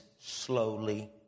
slowly